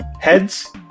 Heads